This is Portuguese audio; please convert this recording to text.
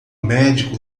médico